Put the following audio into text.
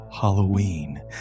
halloween